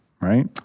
right